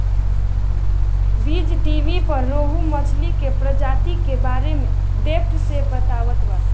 बीज़टीवी पर रोहु मछली के प्रजाति के बारे में डेप्थ से बतावता